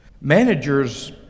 Managers